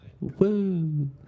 woo